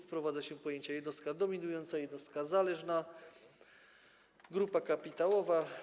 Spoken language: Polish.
Wprowadza się pojęcia: jednostka dominująca, jednostka zależna, grupa kapitałowa.